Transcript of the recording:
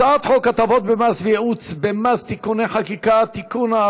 הצעת חוק הטבות במס וייעוץ במס (תיקוני חקיקה) (תיקון,